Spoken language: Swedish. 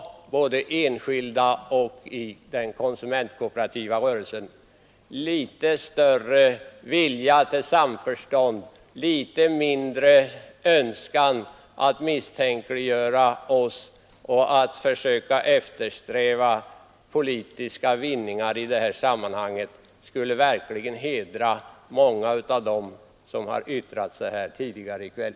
Litet större vilja till samförstånd, litet mindre önskan att misstänkliggöra oss och att försöka eftersträva politiska vinningar i det här sammanhanget skulle verkligen hedra många av dem som yttrat sig här tidigare i kväll.